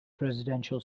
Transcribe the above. presidential